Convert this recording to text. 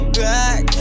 back